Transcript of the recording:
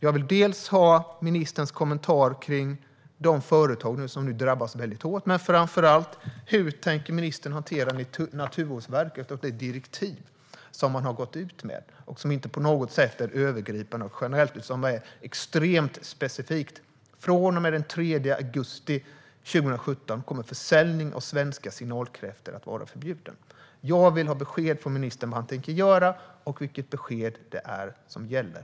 Jag vill dels höra ministerns kommentar om de företag som drabbas hårt, dels höra hur ministern tänker hantera Naturvårdsverkets direktiv, som inte på något sätt är övergripande och generellt utan extremt specifikt. Från och med den 3 augusti 2017 kommer försäljning av svenska signalkräftor att vara förbjuden. Jag vill ha besked från ministern om vad han tänker göra och vad som gäller.